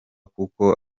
kuko